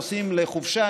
נוסעים לחופשה,